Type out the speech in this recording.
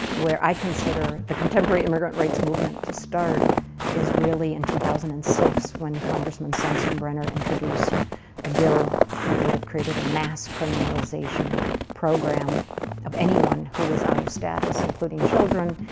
where i consider the contemporary immigrant rights movement to start is really in two thousand and six, when congressman sensenbrenner introduced a bill that would have created a mass criminalization program of anyone who was out of status, including children,